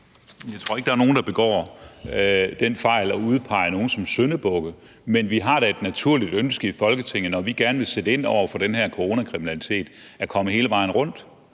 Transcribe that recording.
Jeg tror ikke, der er nogen, der begår den fejl at udpege nogen som syndebukke, men vi har da et naturligt ønske i Folketinget, når vi gerne vil sætte ind over for den her coronakriminalitet, at komme hele vejen rundt.